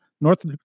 North